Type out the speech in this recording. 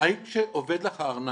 האם כאשר אובד לך הארנק,